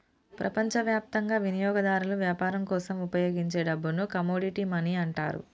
ప్రపంచవ్యాప్తంగా వినియోగదారులు వ్యాపారం కోసం ఉపయోగించే డబ్బుని కమోడిటీ మనీ అంటారు